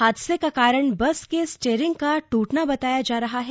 हादसे का कारण बस की स्टेयरिंग का टूटना बताया जा रहा है